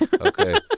Okay